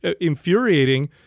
infuriating